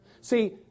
See